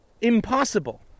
impossible